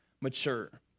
mature